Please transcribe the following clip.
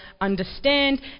understand